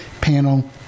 panel